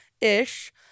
ish